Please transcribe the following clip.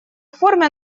форме